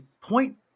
point